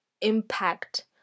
impact